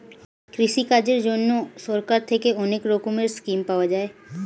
কৃষিকাজের জন্যে সরকার থেকে অনেক রকমের স্কিম পাওয়া যায়